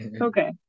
okay